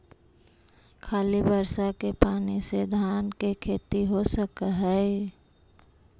खाली बर्षा के पानी से धान के खेती हो सक हइ?